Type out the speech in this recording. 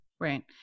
Right